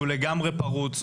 שהוא לגמרי פרוץ,